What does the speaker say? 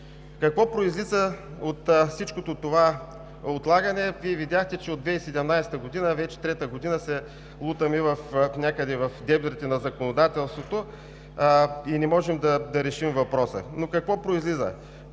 Какво произлиза от всичкото това отлагане? Вие видяхте, че от 2017 г., вече трета година, се лутаме някъде в дебрите на законодателството и не можем да решим въпроса. Какво произлиза,